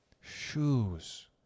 shoes